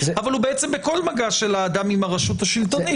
אבל הוא בעצם בכל מגע של האדם עם הרשות השלטונית.